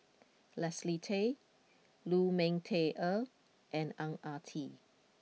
Leslie Tay Lu Ming Teh Earl and Ang Ah Tee